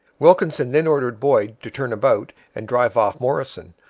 wilkinson then ordered boyd to turn about and drive off morrison,